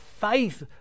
faith